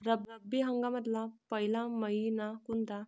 रब्बी हंगामातला पयला मइना कोनता?